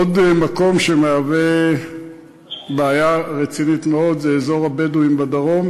עוד מקום שיש בו בעיה רצינית מאוד הוא אזור הבדואים בדרום,